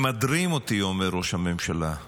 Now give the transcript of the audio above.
ממדרים אותי, אומר ראש הממשלה,